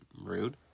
Rude